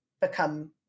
become